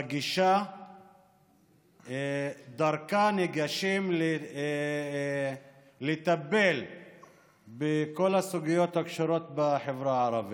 בגישה שדרכה ניגשים לטפל בכל הסוגיות הקשורות בחברה הערבית.